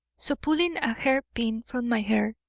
so pulling a hairpin from my hair,